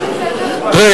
אתה יודע,